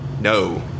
No